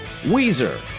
Weezer